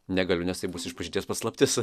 negaliu nes tai bus išpažinties paslaptis